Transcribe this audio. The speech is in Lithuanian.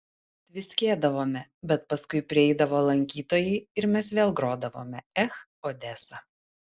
tviskėdavome bet paskui prieidavo lankytojai ir mes vėl grodavome ech odesa